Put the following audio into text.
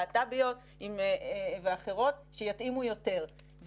להט"ביות ואחרות שיתאימו יותר.